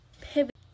pivot